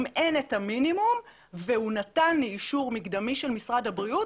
אם אין את המינימום והוא נתן לי אישור מקדמי של משרד הבריאות,